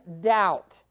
doubt